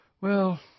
Well